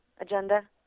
agenda